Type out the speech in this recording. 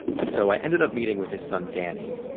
so i ended up meeting with his son, danny,